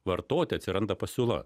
vartoti atsiranda pasiūla